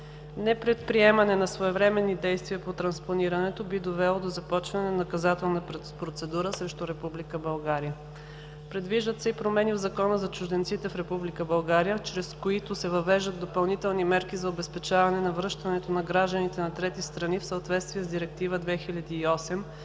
Непредприемане на своевременни действия по транспонирането би довело до започване на наказателна процедура срещу Република България. III. Предвиждат се и промени в Закона за чужденците в Република България (ЗЧРБ), чрез които се въвеждат допълнителни мерки за обезпечаване на връщането на гражданите на трети страни в съответствие с Директива